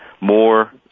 more